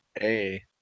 Hey